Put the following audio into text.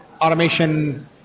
automation